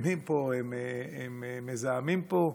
מחרבנים פה, הם מזהמים פה.